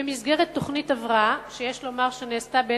במסגרת תוכנית הבראה, שיש לומר שנעשתה ב-1994,